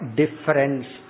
difference